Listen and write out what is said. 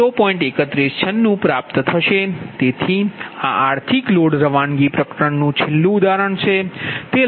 તેથી આ આર્થિક લોડ રવાનગી પ્રકરણનું આ છેલ્લું ઉદાહરણ છે